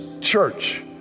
church